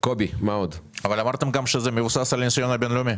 אבל אמרתם שזה מבוסס גם על הארגון העולמי.